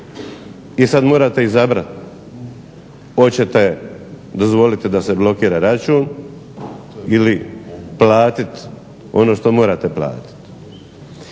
i sada morate izabrati. Hoćete dozvoliti da se blokira račun, ili platiti ono što morate platiti.